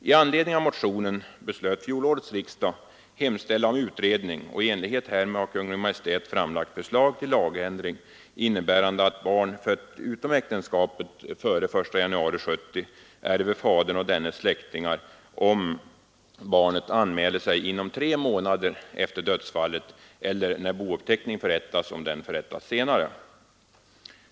I anledning av motionen beslöt fjolårets riksdag hemställa om utredning, och i enlighet härmed har Kungl. Maj:t framlagt förslag till lagändring, innebärande att barn fött utom äktenskapet före den 1 januari 1970 ärver fadern och dennes släktingar om barnet anmäler sig inom tre månader efter dödsfallet eller när bouppteckning förrättas, om detta sker senare.